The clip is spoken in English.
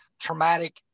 traumatic